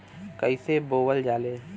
कईसे बोवल जाले?